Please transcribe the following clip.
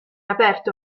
aperto